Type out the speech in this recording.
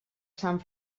sant